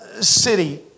city